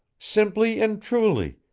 simply and truly,